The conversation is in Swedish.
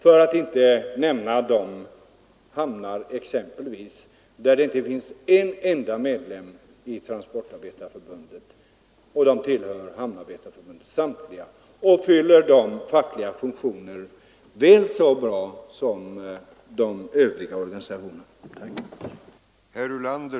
Jag nämner ändå inte de hamnar där det inte finns en enda medlem i Transportarbetareförbundet utan där samtliga tillhör Hamnarbetarförbundet som fyller de fackliga funktionerna väl så bra som övriga organisationer.